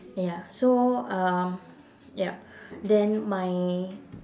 ya so um ya then my